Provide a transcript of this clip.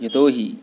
यतोहि